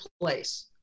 place